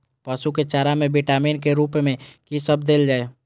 पशु के चारा में विटामिन के रूप में कि सब देल जा?